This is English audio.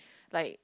like